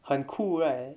很 cool ah